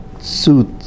suit